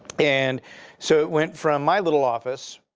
and so it went from my little office,